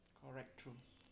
correct true